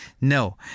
No